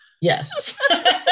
Yes